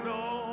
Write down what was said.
no